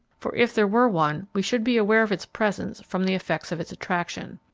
for if there were one we should be aware of its presence from the effects of its attraction.